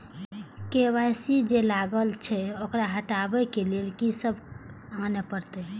KYC जे लागल छै ओकरा हटाबै के लैल की सब आने परतै?